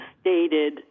stated